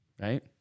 Right